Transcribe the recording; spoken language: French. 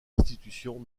institutions